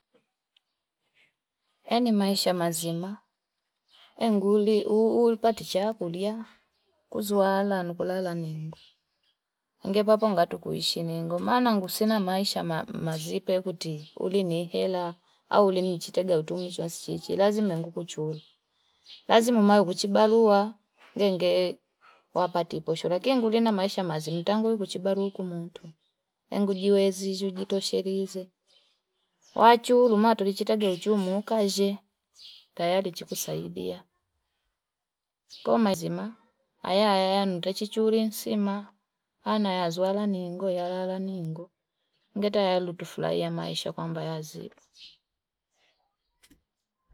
Yani maisha mazima enguli uulipati chakulia kuzuala kulala nengo ningepapanga tukuishi ningo managu sina Maisha mazipe kuti ulinihela auli nichitega utumi wasichiche lazima nguku chole lazima mayo chi balua nengee wapati posho lakini nguli na maishamazimu tangu huku chibalu huku muntu engujiwezi jizuzi toshelezi wachulu machu tili chitega uchumu ukanshee tayari chikusaidia kwahiyo mazima haya haya nitachichuli nsima anayazuela ningoya ala ala ningo ngitayalu kufulaia maisha kwamba yazipe.